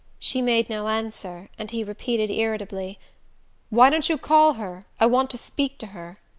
she made no answer, and he repeated irritably why don't you call her? i want to speak to her.